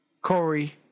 Corey